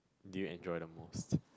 do you enjoy the most